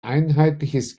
einheitliches